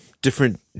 different